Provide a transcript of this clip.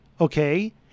okay